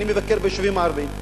אני מבקר ביישובים הערביים.